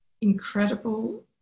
incredible